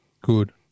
Good